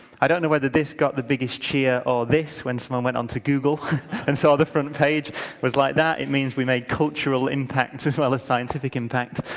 i don't know whether this got the biggest cheer, or this, when someone went onto google and saw the front page was like that. it means we made cultural impact as well as scientific impact.